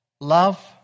Love